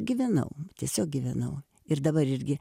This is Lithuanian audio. gyvenau tiesiog gyvenau ir dabar irgi